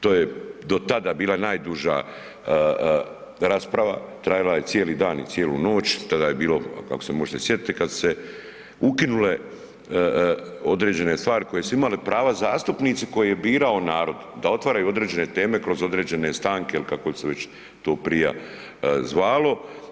To je do tada bila najduža rasprava, trajala je cijeli dan i cijelu noć, tada je bilo, ako se možete sjetiti, kad su se ukinule određene stvari koje su imale prava zastupnici koje je birao narod da otvaraju određene teme kroz određene stanke ili kako se već to prije zvalo.